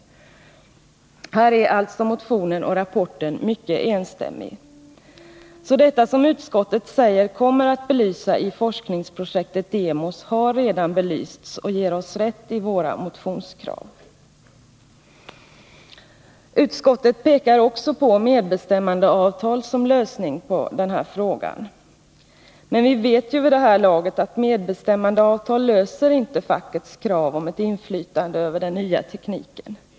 Här är alltså motionen och rapporten mycket enstämmiga. Det som utskottet säger kommer att belysas i forskningsprojektet Demos har alltså redan belysts och ger oss rätt i våra motionskrav. Utskottet pekar också på medbestämmandeavtal som lösning på detta problem. Men vi vet ju vid det här laget att medbestämmandeavtal inte löser fackets krav om ett inflytande över den nya tekniken.